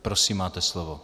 Prosím, máte slovo.